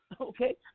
Okay